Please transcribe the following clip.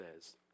says